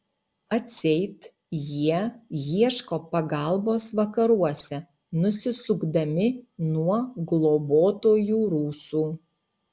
atseit jie ieško pagalbos vakaruose nusisukdami nuo globotojų rusų